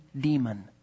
demon